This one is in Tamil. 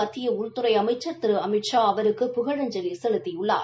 மத்திய உள்துறை அமைச்ச் திரு அமித்ஷா அவருக்கு புகழஞ்சலி செலுத்தியுள்ளார்